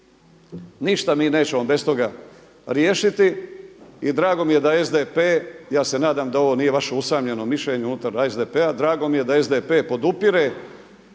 Ništa mi nećemo bez toga riješiti i drago mi je da SDP, ja se nadam da ovo nije vaše usamljeno mišljenje unutar SDP-a. Drago mi je da SDP podupire,